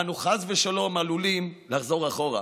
אנו חס ושלום עלולים לחזור אחורה.